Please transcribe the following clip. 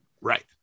Right